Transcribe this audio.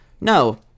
No